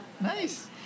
Nice